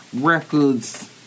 records